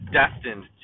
destined